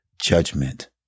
judgment